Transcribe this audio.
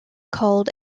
called